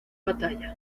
batalla